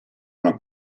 una